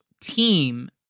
team